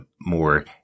more